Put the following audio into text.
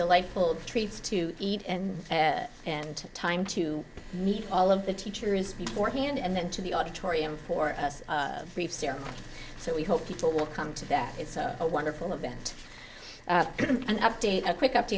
delightful treats to eat and and time to meet all of the teacher is beforehand and then to the auditorium for free so we hope people will come to that it's a wonderful event an update a quick